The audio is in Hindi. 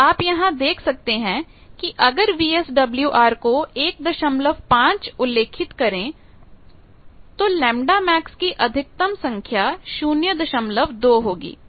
तो आप यहां यह देख सकते हैं कि अगर VSWR को 15 उल्लेखित करें तो Γmax की अधिकतम संख्या 02 होगी